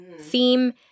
theme